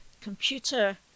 computer